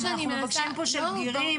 אנחנו מבקשים פה של בגירים,